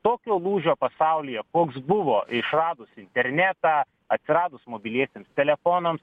tokio lūžio pasaulyje koks buvo išradus internetą atsiradus mobiliesiems telefonams